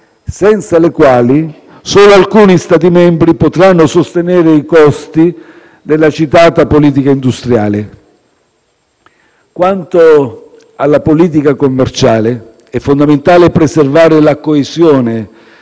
senza le quali solo alcuni Stati membri potranno sostenere i costi della citata politica industriale. Quanto alla politica commerciale, è fondamentale preservare la coesione